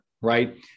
right